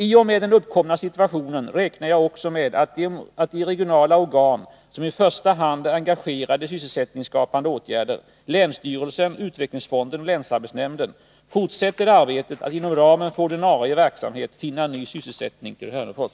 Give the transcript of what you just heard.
IT och med den uppkomna situationen räknar jag också med att de regionala organ som i första hand är engagerade i sysselsättningsskapande åtgärder, länsstyrelsen, utvecklingsfonden och länsarbetsnämnden, fortsätter arbetet att inom ramen för ordinarie verksamhet finna ny sysselsättning till Hörnefors.